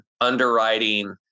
underwriting